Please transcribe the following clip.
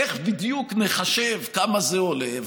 איך בדיוק נחשב כמה זה עולה?